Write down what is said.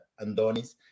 Andonis